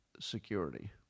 security